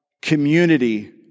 community